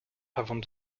avant